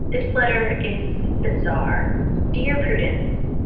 this letter is bizarre dear prudence,